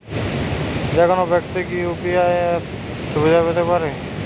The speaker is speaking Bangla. যেকোনো ব্যাক্তি কি ইউ.পি.আই অ্যাপ সুবিধা পেতে পারে?